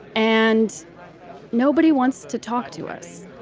and nobody wants to talk to us